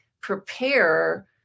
prepare